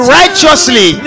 righteously